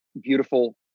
beautiful